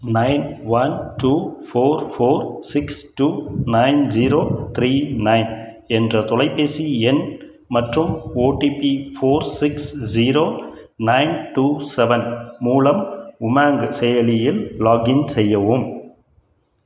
nine one two four four six two nine zero three nine என்ற தொலைபேசி எண் மற்றும் OTP four six zero nine two seven மூலம் உமாங் செயலியில் லாக்இன் செய்யவும்